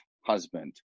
husband